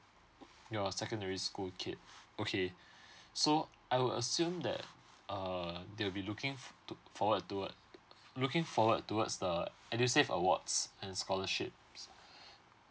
your secondary school kid okay so I will assume that uh they will be looking to forward toward looking forward towards the edusave awards and scholarships